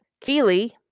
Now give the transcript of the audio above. Keely